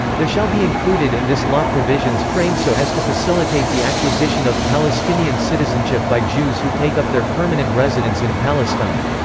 there shall be included in this law provisions framed so as to facilitate the acquisition of palestinian citizenship by jews who take up their permanent residence in palestine.